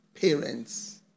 parents